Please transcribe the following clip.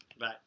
Bye